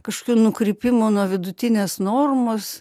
kažkokių nukrypimų nuo vidutinės normos